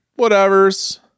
whatever's